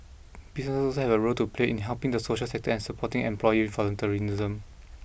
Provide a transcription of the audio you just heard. businesses also have a role to play in helping the social sector and supporting employee